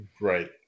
Right